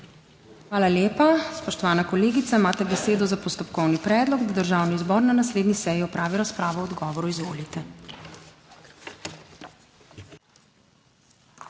Hvala lepa. Spoštovani kolega, imate besedo za postopkovni predlog, da Državni zbor na naslednji seji opravi razpravo o odgovoru. Izvolite.